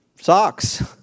socks